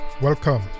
welcome